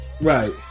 Right